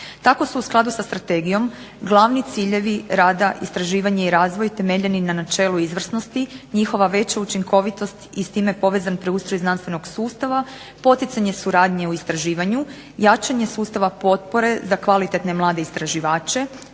Tako su u skladu sa strategijom glavni ciljevi rada istraživanja i razvoj temeljena na načelu izvrsnosti, njihova velika učinkovitost i s time povezan preustroj znanstvenog sustava, poticanje suradnje u istraživanju, jačanje sustava potpore za kvalitetne mlade istraživače,